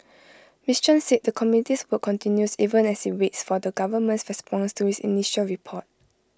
miss chan said the committee's work continues even as IT waits for the government's response to its initial report